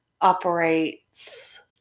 operates